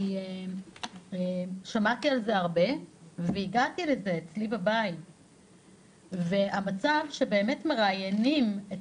כי שמעתי על זה הרבה והגעתי לזה אצלי בבית והמצב שבאמת מראיינים את